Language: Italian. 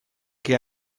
che